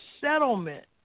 settlement